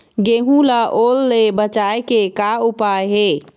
गेहूं ला ओल ले बचाए के का उपाय हे?